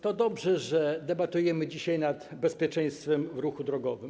To dobrze, że debatujemy dzisiaj nad bezpieczeństwem w ruchu drogowym.